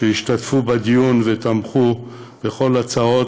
שהשתתפו בדיון ותמכו בכל ההצעות,